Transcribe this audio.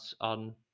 on